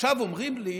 עכשיו אומרים לי: